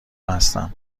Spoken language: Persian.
هستم